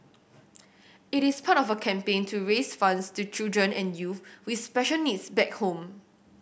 it is part of a campaign to raise funds to children and youth with special needs back home